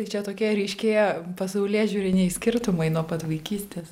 tai čia tokie ryškėja pasaulėžiūriniai skirtumai nuo pat vaikystės